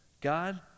God